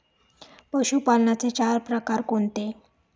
पशुपालनाचे चार प्रकार कोणते?